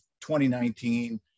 2019